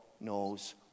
knows